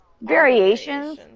variations